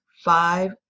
five